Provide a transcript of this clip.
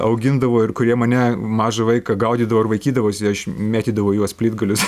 augindavo ir kurie mane mažą vaiką gaudydavo ir vaikydavosi aš mėtydavau į juos plytgalius